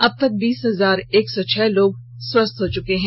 अब तक बीस हजार एक सौ छेह लोग स्वस्थ हो चुके हैं